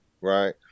right